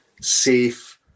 safe